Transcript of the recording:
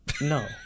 No